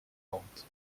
vente